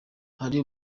hari